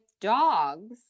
dogs